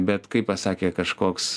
bet kai pasakė kažkoks